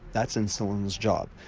that's insulin's job,